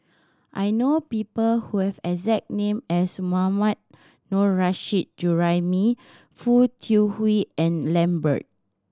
I know people who have exact name as Mohammad Nurrasyid Juraimi Foo Tui Liew and Lambert